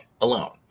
alone